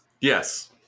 Yes